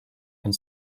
and